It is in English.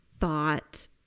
thought